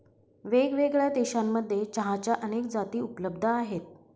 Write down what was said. वेगळ्यावेगळ्या देशांमध्ये चहाच्या अनेक जाती उपलब्ध आहे